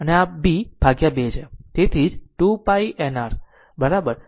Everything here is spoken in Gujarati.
તો n r અને r બ 2 ની બરાબર છે